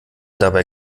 dabei